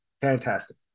Fantastic